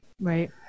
Right